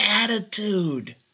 attitude